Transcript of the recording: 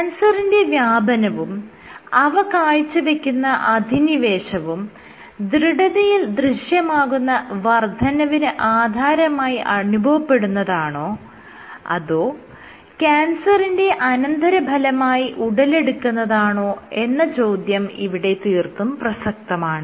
ക്യാൻസറിന്റെ വ്യാപനവും അവ കാഴ്ച്ചവെക്കുന്ന അധിനിവേശവും ദൃഢതയിൽ ദൃശ്യമാകുന്ന വർദ്ധനവിന് ആധാരമായി അനുഭവപ്പെടുന്നതാണോ അതോ ക്യാൻസറിന്റെ അനന്തരഫലമായി ഉടലെടുക്കുന്നതാണോ എന്ന ചോദ്യം ഇവിടെ തീർത്തും പ്രസക്തമാണ്